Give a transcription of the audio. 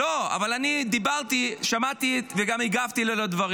למה אתה מסבך